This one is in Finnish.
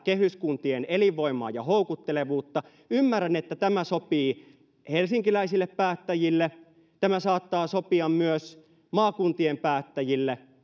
kehyskuntien elinvoimaa ja houkuttelevuutta ymmärrän että tämä sopii helsinkiläisille päättäjille ja tämä saattaa sopia myös maakuntien päättäjille